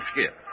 Skip